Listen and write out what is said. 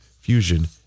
Fusion